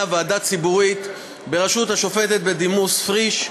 ועדה ציבורית בראשות השופטת בדימוס פריש,